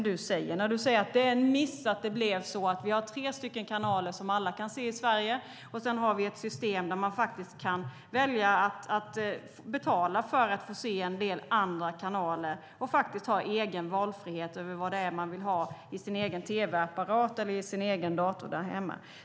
Du säger att det är en miss att det blev så att vi har tre kanaler i Sverige som alla kan se och har ett system där man kan välja att betala för att få se en del andra kanaler och där man har valfrihet över vad man ska ha i sin egen tv-apparat eller dator där hemma.